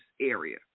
area